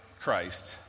Christ